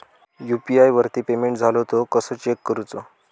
UPI वरती payment इलो तो कसो चेक करुचो?